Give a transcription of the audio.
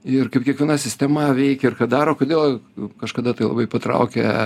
ir kaip kiekviena sistema veikia ir ką daro kodėl kažkada tai labai patraukė